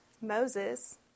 Moses